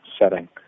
setting